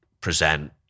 present